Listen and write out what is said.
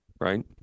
right